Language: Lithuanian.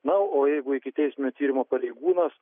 na o jeigu ikiteisminio tyrimo pareigūnas